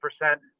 percent